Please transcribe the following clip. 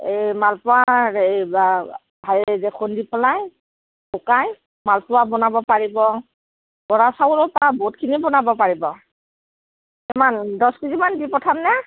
এই মালপোৱা এই খুন্দি পেলাই শুকাই মালপোৱা বনাব পাৰিব বৰা চাউলৰ পৰা বহুতখিনি বনাব পাৰিব কিমান দছ কেজিমান দি পঠামনে